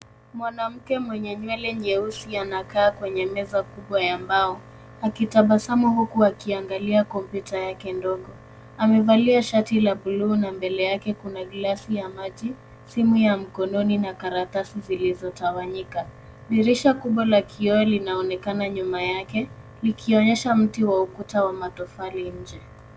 Mwanamke mwenye nywele nyeusi anakaa kwenye meza kubwa ya mbao, akitabasamu huku akiangalia kompyuta yake ndogo. Amevalia shati la buluu na mbele yake kuna glasi ya maji, simu ya mkononi na karatasi zilizotawanyika. Dirisha kubwa la kioo linaonekana nyuma yake, likionyesha mti wa ukuta wa matofali nje.